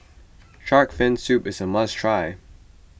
Shark's Fin Soup is a must try